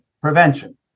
prevention